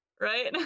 Right